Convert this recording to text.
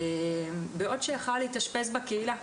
בעוד שהוא יכל להתאשפז בקהילה,